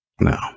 No